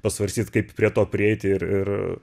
pasvarstyt kaip prie to prieiti ir ir